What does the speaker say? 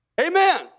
Amen